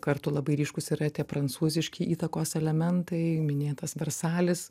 kartu labai ryškūs yra tie prancūziški įtakos elementai minėtas versalis